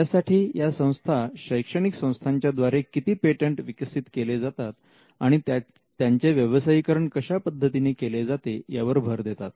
यासाठी या संस्था शैक्षणिक संस्थाच्या द्वारे किती पेटंट विकसित केले जातात आणि त्यांचे व्यावसायीकरण कशा पद्धतीने केले जाते यावर भर देतात